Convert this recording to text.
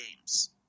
games